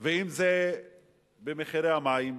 אם במחירי המים,